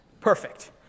perfect